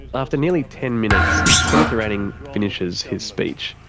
and after nearly ten minutes senator anning finishes his speech.